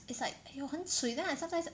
it's like !aiyo! 很 cui then I sometimes